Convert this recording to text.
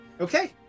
okay